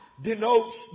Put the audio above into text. denotes